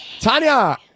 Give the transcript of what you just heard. Tanya